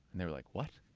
and they were like, what?